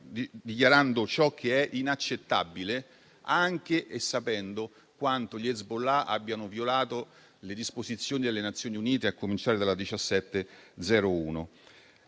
dichiarando ciò che è inaccettabile, anche sapendo quanto gli Hezbollah abbiano violato le risoluzioni delle Nazioni Unite, a cominciare dalla n.